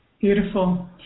Beautiful